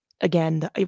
again